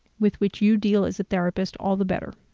with which you deal as a therapist, all the better.